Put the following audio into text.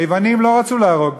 היוונים לא רצו להרוג